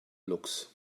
looks